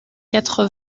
quatre